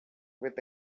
with